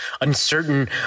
uncertain